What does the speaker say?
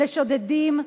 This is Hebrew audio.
לשודדים.